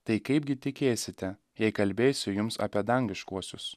tai kaipgi tikėsite jei kalbėsiu jums apie dangiškuosius